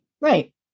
right